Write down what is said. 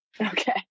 Okay